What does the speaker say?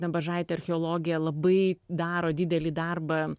nabažaitė archeologė labai daro didelį darbą